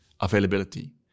availability